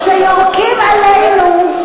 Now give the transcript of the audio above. כשיורקים עלינו,